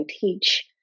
teach